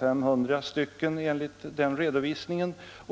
500 enligt den redovisningen.